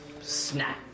Snap